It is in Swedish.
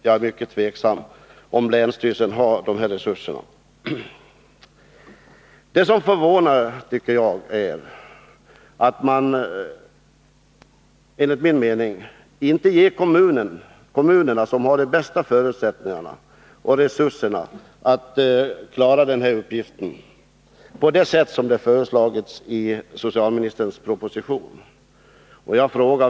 Jag är mycket tveksam till om länsstyrelserna i allmänhet har de resurserna. Det som förvånar är att kommunerna, som enligt min mening har de bästa förutsättningarna och resurserna, inte ålagts uppgiften på det sätt som föreslagits i propositionen.